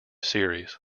series